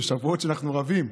זה שבועות שאנחנו רבים.